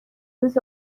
روز